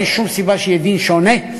אין שום סיבה שיהיה דין שונה.